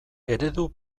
eredu